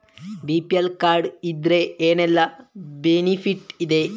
BPL card ಇದ್ರೆ ಏನೆಲ್ಲ benefit ಇದೆ?